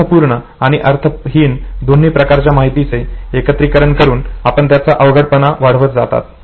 अर्थपूर्ण आणि अर्थहीन दोन्ही प्रकारच्या माहितीचे एकत्रीकरण करून त्यांचा अवघडपणा वाढवत जातात